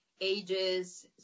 ages